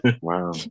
Wow